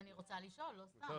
אז אני רוצה לשאול, לא סתם